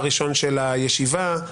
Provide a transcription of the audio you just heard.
יש רשימה.